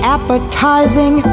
Appetizing